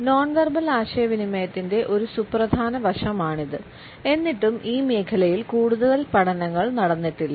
non verbal ആശയവിനിമയത്തിന്റെ ഒരു സുപ്രധാന വശമാണിത് എന്നിട്ടും ഈ മേഖലയിൽ കൂടുതൽ പഠനങ്ങൾ നടന്നിട്ടില്ല